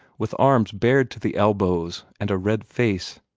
with arms bared to the elbows, and a red face.